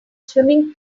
swimming